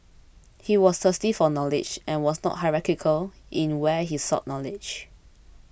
he was thirsty for knowledge and was not hierarchical in where he sought knowledge